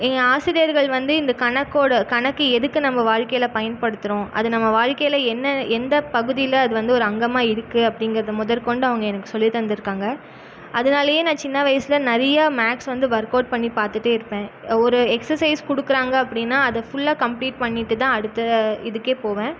எங்கள் ஆசிரியர்கள் வந்து இந்த கணக்கோட கணக்கு எதுக்கு நம்ம வாழ்க்கையில் பயன்படுத்துகிறோம் அதை நம்ம வாழ்க்கையில் என்ன எந்த பகுதியில் அது வந்து ஒரு அங்கமாக இருக்குது அப்படிங்கிறத முதற்கொண்டு அவங்க எனக்கு சொல்லி தந்திருக்காங்க அதனாலயே நான் சின்ன வயதில் நிறையா மேக்ஸ் வந்து ஒர்க் அவுட் பண்ணி பார்த்துட்டே இருப்பேன் ஒரு எக்சசைஸ் கொடுக்கறாங்க அப்படின்னா அதை ஃபுல்லாக கம்ப்லீட் பண்ணிட்டு தான் அடுத்த இதுக்கே போவேன்